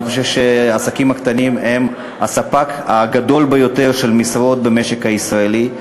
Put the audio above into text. אני חושב שהעסקים הקטנים הם הספק הגדול ביותר של משרות במשק הישראלי.